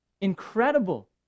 incredible